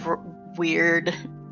weird